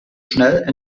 schnell